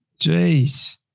Jeez